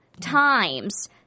times